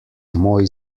moj